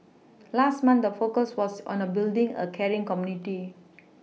last month the focus was on building a caring community